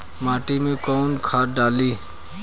माटी में कोउन खाद डाली?